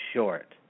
short